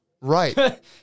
right